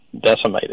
decimated